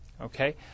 okay